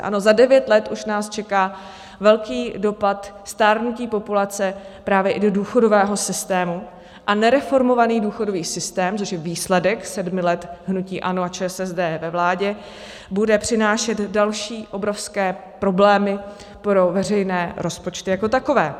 Ano, za devět let už nás čeká velký dopad stárnutí populace právě i do důchodového systému a nereformovaný důchodový systém, což je výsledek sedmi let hnutí ANO a ČSSD ve vládě, bude přinášet další obrovské problémy pro veřejné rozpočty jako takové.